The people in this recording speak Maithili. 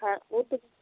अच्छा ओ तऽ